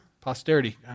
posterity